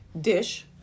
dish